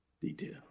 detail